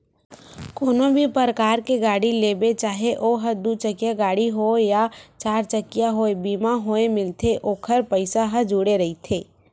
कोनो भी परकार के गाड़ी लेबे चाहे ओहा दू चकिया गाड़ी होवय या चरचकिया होवय बीमा होय मिलथे ओखर पइसा ह जुड़े रहिथे